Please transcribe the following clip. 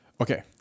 okay